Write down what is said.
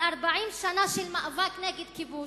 אבל 40 שנה של מאבק נגד כיבוש,